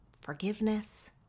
forgiveness